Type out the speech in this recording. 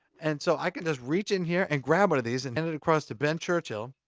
and so i can just reach in here, and grab one of these, and and and across to ben churchill.